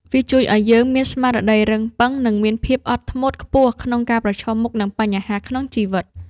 វាជួយឱ្យយើងមានស្មារតីរឹងប៉ឹង និងមានភាពអត់ធ្មត់ខ្ពស់ក្នុងការប្រឈមមុខនឹងបញ្ហាក្នុងជីវិត។